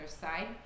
side